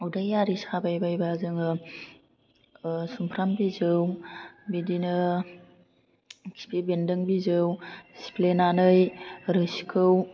उदै आरि साबायबायबा जोङो सुमफ्राम बिजौ बिदिनो खिफि बेन्दों बिजौ सिफ्लेनानै रोसिखौ